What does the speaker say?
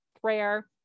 prayer